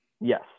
Yes